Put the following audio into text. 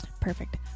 perfect